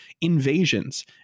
invasions